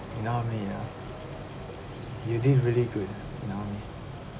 in army ya y~ you did really good in army